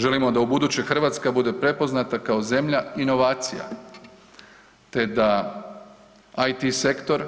Želimo da ubuduće Hrvatska bude prepoznata kao zemlja inovacija te da IT sektor